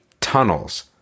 tunnels